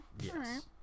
Yes